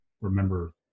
remember